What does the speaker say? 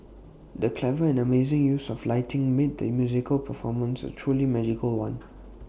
the clever and amazing use of lighting made the musical performance A truly magical one